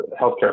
healthcare